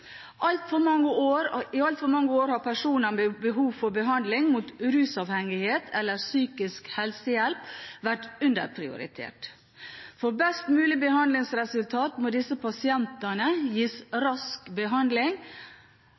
altfor mange år har personer med behov for behandling av rusavhengighet eller behov for psykisk helsehjelp vært underprioritert. For best mulig behandlingsresultat må disse pasientene gis rask behandling.